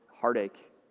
heartache